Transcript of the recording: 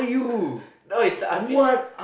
no it's a I'm pissed